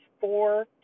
four